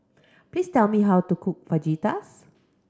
please tell me how to cook Fajitas